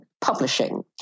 publishing